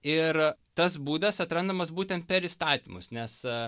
ir a tas būdas atrandamas būtent per įstatymus nes a